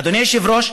אדוני היושב-ראש,